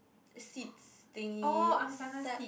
seeds thingy s~